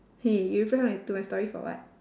hey you reply to my to my story for what